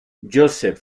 josep